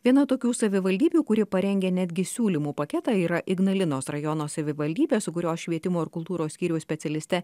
viena tokių savivaldybių kuri parengė netgi siūlymų paketą yra ignalinos rajono savivaldybė su kurios švietimo ir kultūros skyriaus specialiste